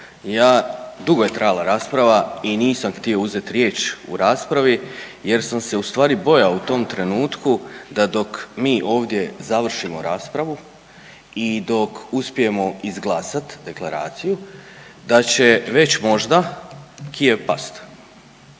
ja, dugo je trajala rasprava i nisam htio uzet riječ u raspravi jer sam se ustvari bojao u tom trenutku da dok mi ovdje završimo raspravu i dok uspijemo izglasat deklaraciju da će već možda Kijev past,